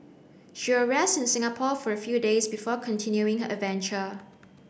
she will rest in Singapore for a few days before continuing her adventure